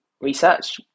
research